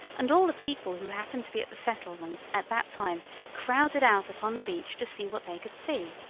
and all the people who happened to be at the settlement at that time crowded out upon the beach to see what they could see.